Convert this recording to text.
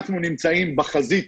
אנחנו נמצאים בחזית.